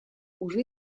уже